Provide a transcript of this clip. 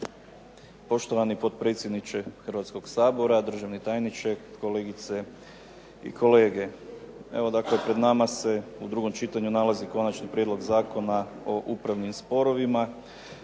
Poštovani potpredsjedniče Hrvatskog sabora, državni tajniče, kolegice i kolege. Evo dakle pred nama se u drugom čitanju nalazi Konačni prijedlog Zakona o upravnim sporovima,